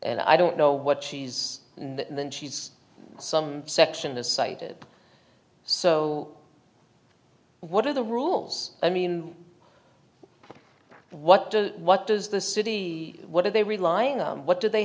and i don't know what she's in she's some section has cited so what are the rules i mean what what does the city what are they relying on what do they